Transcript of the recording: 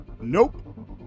Nope